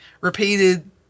repeated